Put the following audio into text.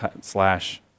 slash